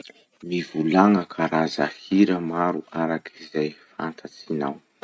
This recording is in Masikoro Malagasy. Mivolagna karaza hira maro araky ze fantatsinao.